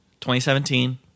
2017